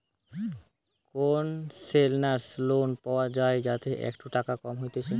concessional loan পায়া যায় যাতে একটু টাকা কম হচ্ছে